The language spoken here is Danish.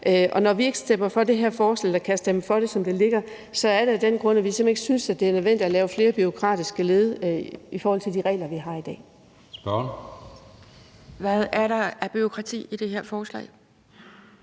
Når vi ikke kan stemme for det her forslag, som det ligger, er det af den grund, at vi simpelt hen ikke synes, det er nødvendigt at lave flere bureaukratiske led i forhold til de regler, vi har i dag. Kl. 15:45 Anden næstformand